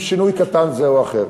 עם שינוי קטן זה או אחר.